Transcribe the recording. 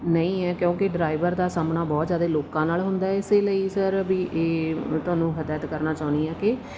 ਨਹੀਂ ਹੈ ਕਿਉਂਕਿ ਡਰਾਈਵਰ ਦਾ ਸਾਹਮਣਾ ਬਹੁਤ ਜ਼ਿਆਦਾ ਲੋਕਾਂ ਨਾਲ ਹੁੰਦਾ ਇਸੇ ਲਈ ਸਰ ਵੀ ਇਹ ਤੁਹਾਨੂੰ ਹਦਾਇਤ ਕਰਨਾ ਚਾਹੁੰਦੀ ਹਾਂ ਕਿ